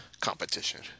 competition